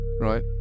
right